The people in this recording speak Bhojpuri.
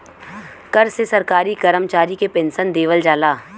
कर से सरकारी करमचारी के पेन्सन देवल जाला